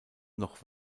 noch